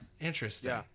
Interesting